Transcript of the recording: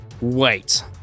wait